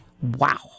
Wow